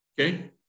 okay